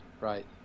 right